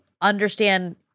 understand